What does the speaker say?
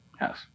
Yes